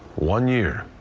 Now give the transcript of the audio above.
one year,